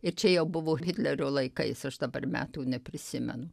ir čia jau buvo hitlerio laikais aš dabar metų neprisimenu